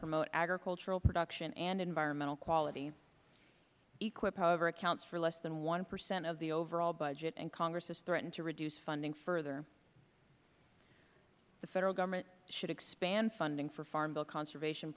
promote agricultural production and environmental quality eqip however accounts for less than one percent of the overall budget and congress has threatened to reduce funding further the federal government should expand funding for farm bill conservation